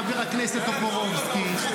חבר הכנסת טופורובסקי?